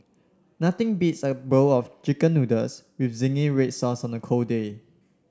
nothing beats a bowl of chicken noodles with zingy red sauce on a cold day